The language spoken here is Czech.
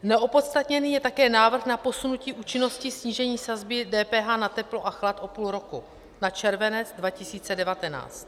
Neopodstatněný je také návrh na posunutí účinnosti snížení sazby DPH na teplo a chlad o půl roku na červenec 2019.